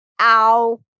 Ow